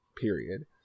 Period